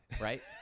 right